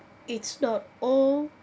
it's not all